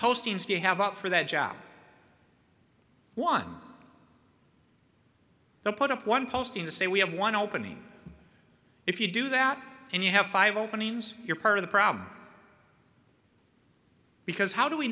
postings do you have out for that job one that put up one post in the say we have one opening if you do that and you have five openings you're part of the problem because how do we